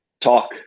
talk